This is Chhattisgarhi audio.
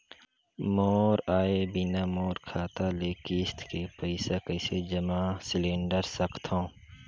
मोर आय बिना मोर बैंक खाता ले किस्त के पईसा कइसे जमा सिलेंडर सकथव?